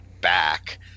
back